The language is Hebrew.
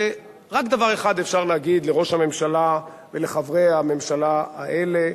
ורק דבר אחד אפשר להגיד לראש הממשלה ולחברי הממשלה האלה: